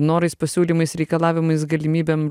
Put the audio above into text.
norais pasiūlymais reikalavimais galimybėm